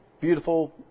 Beautiful